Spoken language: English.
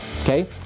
okay